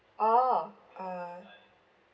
orh uh